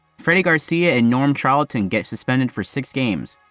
freddy garcia and norm charlton get suspended for six games.